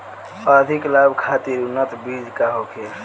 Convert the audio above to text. अधिक लाभ खातिर उन्नत बीज का होखे?